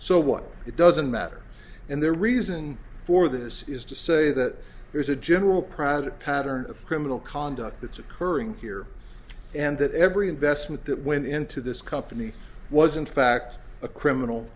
so what it doesn't matter and the reason for this is to say that there's a general private pattern of criminal conduct that's occurring here and that every investment that went into this company was in fact a criminal